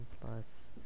plus